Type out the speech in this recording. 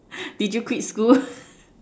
did you quit school